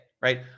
right